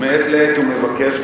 ומעת לעת הוא מבקש,